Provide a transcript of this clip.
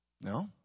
No